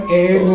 air